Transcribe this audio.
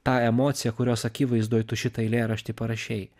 tą emociją kurios akivaizdoj tu šitą eilėraštį parašei